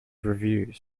reviews